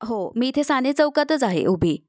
हो मी इथे साने चौकातच आहे उभी